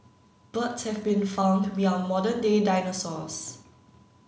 birds have been found to be our modern day dinosaurs